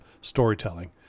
storytelling